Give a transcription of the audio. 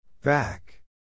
Back